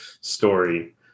story